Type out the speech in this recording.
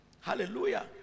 Hallelujah